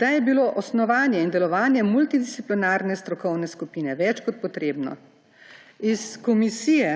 da je bilo osnovanje in delovaje multidisciplinarne strokovne skupine več kot potrebno. Iz dokumenta